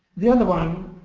the other one,